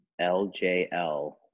LJL